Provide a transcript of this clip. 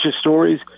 stories